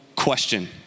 question